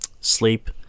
sleep